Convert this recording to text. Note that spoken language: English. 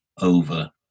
over